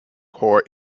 core